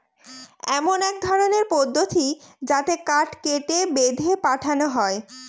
এমন এক ধরনের পদ্ধতি যাতে কাঠ কেটে, বেঁধে পাঠানো হয়